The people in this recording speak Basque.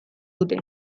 dute